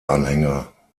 anhänger